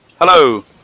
Hello